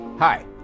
Hi